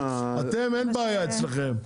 אין בעיה אצלכם,